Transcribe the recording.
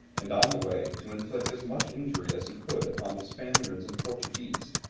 and on the way to inflict as much injury as he could upon the spaniards and portuguese.